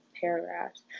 paragraphs